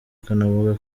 akanavuga